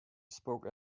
spoke